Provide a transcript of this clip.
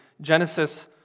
Genesis